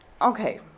Okay